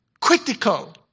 critical